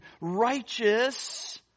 righteous